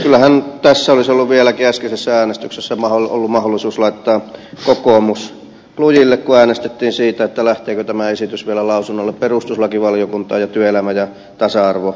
kyllähän tässä olisi vielä äskeisessäkin äänestyksessä ollut mahdollisuus laittaa kokoomus lujille kun äänestettiin siitä lähteekö tämä esitys vielä lausunnolle perustuslakivaliokuntaan ja työelämä ja tasa arvovaliokuntaan